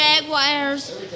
Jaguars